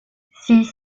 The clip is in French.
six